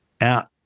out